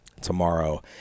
tomorrow